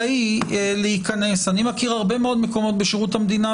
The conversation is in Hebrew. אני מכיר הרבה מאוד מקומות בשירות המדינה,